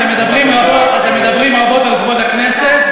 אתם מדברים רבות על כבוד הכנסת,